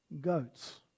goats